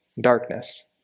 darkness